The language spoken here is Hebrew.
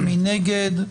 מי נגד?